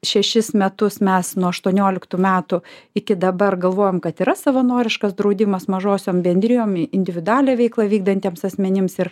šešis metus mes nuo aštuonioliktų metų iki dabar galvojom kad yra savanoriškas draudimas mažosiom bendrijom individualią veiklą vykdantiems asmenims ir